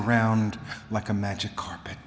around like a magic carpet